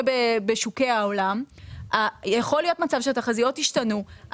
בשווקי העולם יכול להיות מצב שהתחזיות ישתנו,